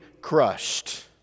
crushed